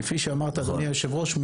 כפי שאמרת אדוני היושב הראש,